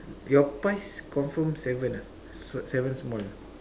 your pies confirm seven ah seven small